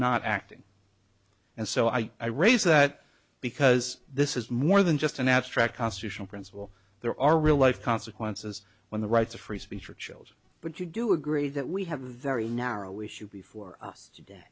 not acting and so i i raise that because this is more than just an abstract constitutional principle there are real life consequences when the rights of free speech are chilled but you do agree that we have a very narrow issue before us today